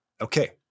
Okay